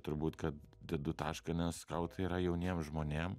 turbūt kad dedu tašką nes skautai yra jauniem žmonėm